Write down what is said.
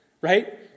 right